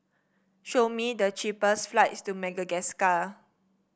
show me the cheapest flights to Madagascar